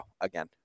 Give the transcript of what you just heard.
again